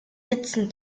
sitzen